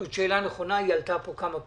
זאת שאלה נכונה, היא עלתה פה כמה פעמים.